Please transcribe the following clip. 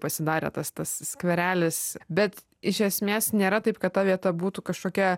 pasidarė tas tas skverelis bet iš esmės nėra taip kad ta vieta būtų kažkokia